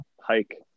hike